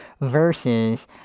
versus